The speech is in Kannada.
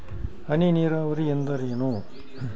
ಹನಿ ನೇರಾವರಿ ಎಂದರೇನು?